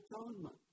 atonement